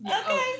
Okay